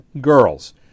Girls